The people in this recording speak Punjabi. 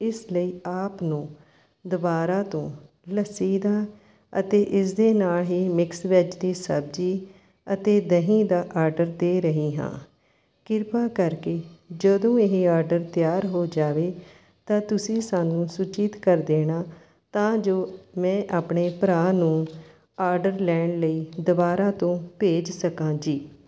ਇਸ ਲਈ ਆਪ ਨੂੰ ਦੁਬਾਰਾ ਤੋਂ ਲੱਸੀ ਦਾ ਅਤੇ ਇਸ ਦੇ ਨਾਲ ਹੀ ਮਿਕਸ ਵੈੱਜ ਦੀ ਸਬਜ਼ੀ ਅਤੇ ਦਹੀਂ ਦਾ ਆਡਰ ਦੇ ਰਹੀ ਹਾਂ ਕਿਰਪਾ ਕਰਕੇ ਜਦੋਂ ਇਹ ਆਡਰ ਤਿਆਰ ਹੋ ਜਾਵੇ ਤਾਂ ਤੁਸੀਂ ਸਾਨੂੰ ਸੂਚਿਤ ਕਰ ਦੇਣਾ ਤਾਂ ਜੋ ਮੈਂ ਆਪਣੇ ਭਰਾ ਨੂੰ ਆਡਰ ਲੈਣ ਲਈ ਦੁਬਾਰਾ ਤੋਂ ਭੇਜ ਸਕਾਂ ਜੀ